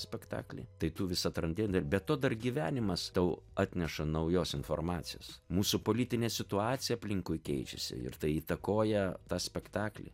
spektaklį tai tu vis atrandi dar be to dar gyvenimas tau atneša naujos informacijos mūsų politinė situacija aplinkui keičiasi ir tai įtakoja tą spektaklį